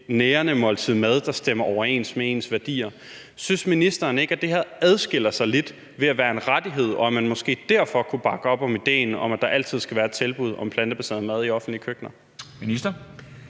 nærende måltid mad, der stemmer overens med ens værdier. Synes ministeren ikke, at det her adskiller sig lidt ved at være en rettighed, og at man måske derfor kunne bakke op om idéen om, at der altid skal være et tilbud om plantebaseret mad i offentlige køkkener?